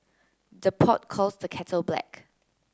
the pot calls the kettle black